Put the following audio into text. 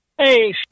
Hey